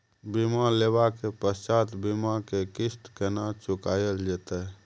बीमा लेबा के पश्चात बीमा के किस्त केना चुकायल जेतै?